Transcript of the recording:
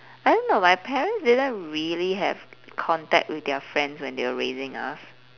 I don't know my parents didn't really have contact with their friends when they were raising us